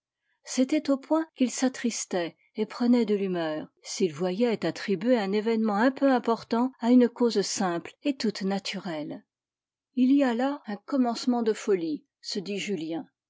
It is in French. c'était au point qu'il s'attristait et prenait de l'humeur s'il voyait attribuer un événement un peu important à une cause simple et toute naturelle il y a là un commencement de folie se dit julien